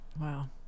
Wow